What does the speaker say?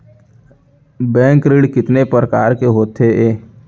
Bank ऋण कितने परकार के होथे ए?